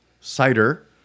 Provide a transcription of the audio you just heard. cider